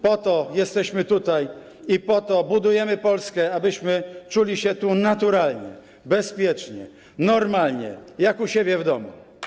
Po to jesteśmy tutaj i po to budujemy Polskę, abyśmy jako Polacy czuli się tu naturalnie, bezpiecznie, normalnie, jak u siebie w domu.